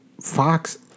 Fox